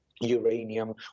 uranium